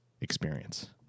experience